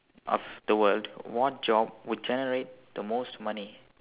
of the world what job would generate the most money